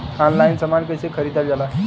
Online समान कैसे खरीदल जाला?